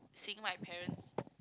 seeing my parents